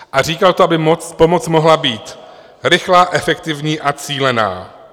A říkal to, aby pomoc mohla být rychlá, efektivní a cílená.